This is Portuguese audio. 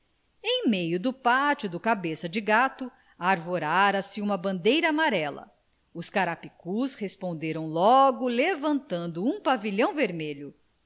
em meio do pátio do cabeça de gato arvorara se uma bandeira amarela os carapicus responderam logo levantando um pavilhão vermelho